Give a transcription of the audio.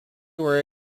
were